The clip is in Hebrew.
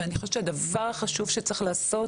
ואני חושבת שהדבר החשוב שצריך לעשות